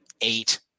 eight